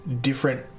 different